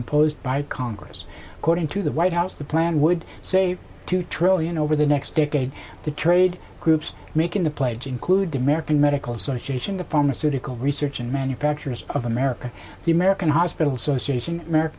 imposed by congress according to the white house the plan would save two trillion over the next decade the trade groups make in the pledge include the american medical association the pharmaceutical research and manufacturers of america the american hospital association america